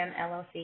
LLC